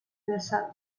yourself